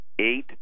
Eight